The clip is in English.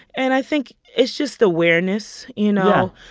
and i think it's just the awareness, you know?